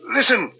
Listen